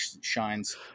shines